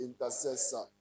intercessor